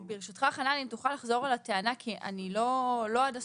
חנן, תוכל לחזור על הטענה כי אני לא הבנתי